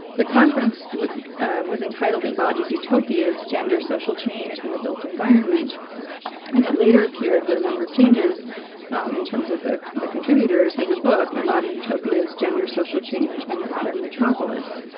the conference was entitled embodied utopias gender, social change, and the built environment and it later appeared, with a number of changes in terms of the the contributors as a book, embodied utopias gender, social change, and the modern metropolis.